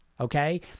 okay